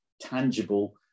tangible